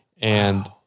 and-